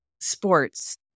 sports